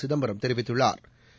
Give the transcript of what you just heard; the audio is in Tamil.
சிதம்பரம் தெரிவித்துள்ளாா்